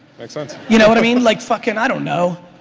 makes sense. you know what i mean? like fuckin' i don't know.